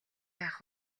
яах